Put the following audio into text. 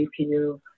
GPU